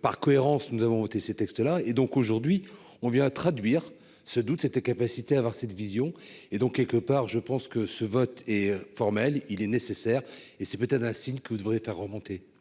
par cohérence, nous avons voté ces textes-là et donc aujourd'hui on vient à traduire ce doute, cette capacité à avoir cette vision et donc quelque part, je pense que ce vote est formel : il est nécessaire et c'est peut-être un signe que vous devrez faire remonter